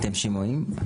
אתם שומעים?